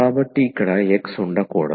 కాబట్టి ఇక్కడ x ఉండకూడదు